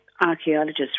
archaeologists